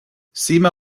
sima